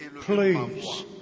Please